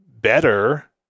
better